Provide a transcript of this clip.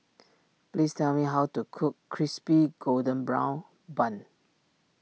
please tell me how to cook Crispy Golden Brown Bun